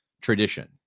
tradition